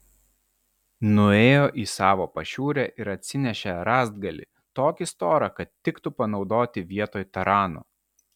nuėjo į savo pašiūrę ir atsinešė rąstgalį tokį storą kad tiktų panaudoti vietoj tarano